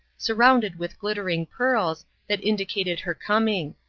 surrounded with glittering pearls, that indicated her coming.